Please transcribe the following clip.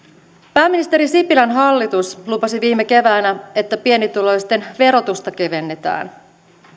pääministeri sipilän hallitus lupasi viime keväänä että pienituloisten verotusta kevennetään